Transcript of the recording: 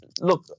Look